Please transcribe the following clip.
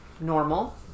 normal